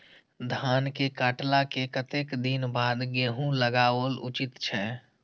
धान के काटला के कतेक दिन बाद गैहूं लागाओल उचित छे?